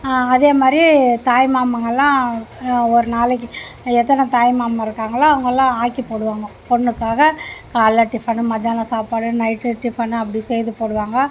அதே மாதிரி தாய்மாமங்கெலாம் ஒரு நாளைக்கு எத்தனை தாய்மாமா இருக்காங்களோ அவங்களாம் ஆக்கிப்போடுவாங்க பொண்ணுக்காக காலையில் டிஃபனு மத்தியான சாப்பாடு நைட்டு டிஃபனு அப்படி செய்து போடுவாங்க